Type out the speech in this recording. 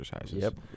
exercises